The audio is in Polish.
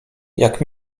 jak